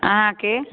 अहाँके